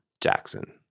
Jackson